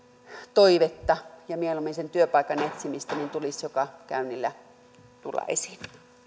toivetta ja mieluummin sen työpaikan etsimistä tulisi joka käynnillä tulla esiin